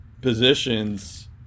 positions